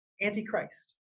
Antichrist